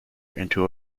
into